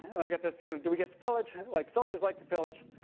and i get this, you know, do we get to pillage? like, soldiers like to pillage.